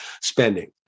spending